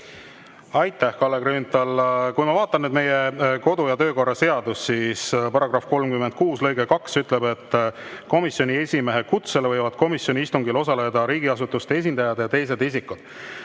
Aitäh, Kalle Grünthal! Kui ma vaatan meie kodu- ja töökorra seadust, siis § 36 lõige 2 ütleb, et komisjoni esimehe kutsel võivad komisjoni istungil osaleda riigiasutuste esindajad ja teised isikud.